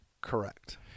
Correct